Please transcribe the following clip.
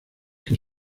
que